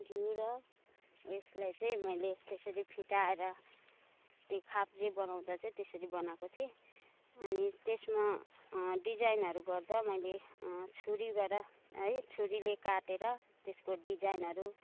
घिउ र उयेसलाई चाहिँ मैले त्यसरी फिटेर खाप्जे बनाउँदा चाहिँ त्यसरी बनाएको थिएँ अनि त्यसमा डिजाउनहरू गर्दा मैले छुरीबाट है छुरीले काटेर त्यसको डिजाइनहरू